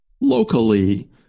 locally